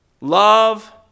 Love